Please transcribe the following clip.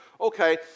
okay